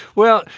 well,